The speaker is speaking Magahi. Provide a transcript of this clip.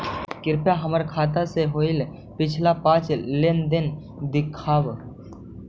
कृपा हमर खाता से होईल पिछला पाँच लेनदेन दिखाव